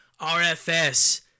RFS